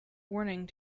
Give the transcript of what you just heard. warning